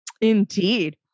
indeed